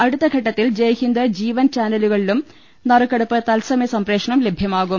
അടുത്തഘട്ടത്തിൽ ജയ്ഹിന്ദ് ജീവൻ ചാനലുകളിലും നറുക്കെടുപ്പ് തത്സമയ സംപ്രേഷണം ലഭ്യമാകും